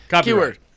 Keyword